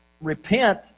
repent